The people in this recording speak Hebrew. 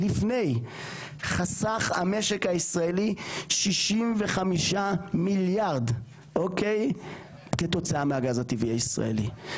חסך המשק הישראלי 65 מיליארד כתוצאה מהגז הטבעי הישראלי.